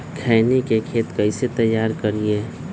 खैनी के खेत कइसे तैयार करिए?